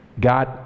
God